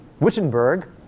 Wittenberg